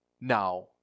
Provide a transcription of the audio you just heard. now